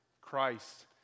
Christ